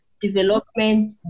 development